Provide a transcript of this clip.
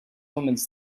omens